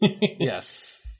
Yes